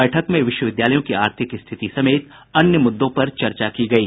बैठक में विश्वविद्यालयों की आर्थिक स्थिति समेत अन्य मुद्दों पर चर्चा की गयी